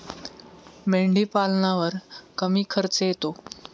मेंढीपालनावर कमी खर्च येतो